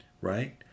right